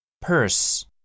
Purse